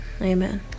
amen